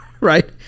right